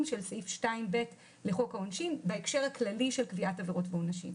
של סעיף 2ב לחוק העונשין בהקשר הכללי של קביעת עבירות ועונשים.